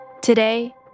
Today